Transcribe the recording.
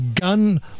gun